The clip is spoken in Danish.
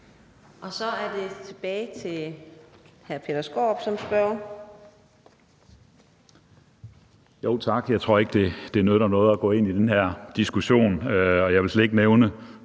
Så er det tilbage til hr. Peter Skaarup som spørger.